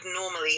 normally